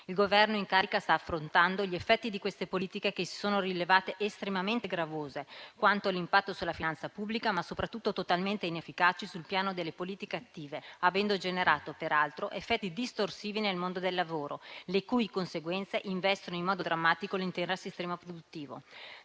Il Governo in carica sta affrontando gli effetti di queste politiche che si sono rivelate estremamente gravose quanto all'impatto sulla finanza pubblica, ma soprattutto totalmente inefficaci sul piano delle politiche attive, avendo generato, peraltro, effetti distorsivi nel mondo del lavoro le cui conseguenze investono in modo drammatico l'intero sistema produttivo.